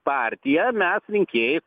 partiją mesrinkėjai